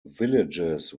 villages